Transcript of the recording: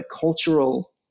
cultural